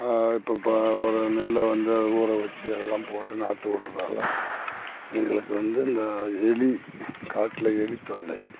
இப்போ இப்போ ஒரு நெல்லை வந்து அதை ஊற வச்சி அதெல்லாம் போட்டு நாத்து விட்டுறதால எங்களுக்கு வந்து இந்த எலி காட்டில் எலி தொல்லை